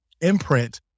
imprint